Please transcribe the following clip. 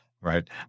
right